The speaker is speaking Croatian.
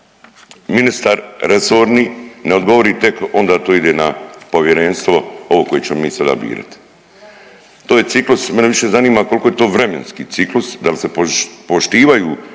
ministar resorni ne odgovori tek onda to ide na povjerenstvo ovo koje ćemo mi sada birati. To je ciklus, mene više zanima koliko je to vremenski ciklus? Dal se poštivaju